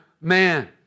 man